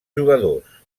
jugadors